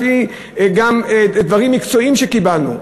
גם לפי דברים מקצועיים שקיבלנו.